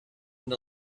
and